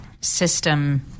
system